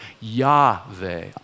Yahweh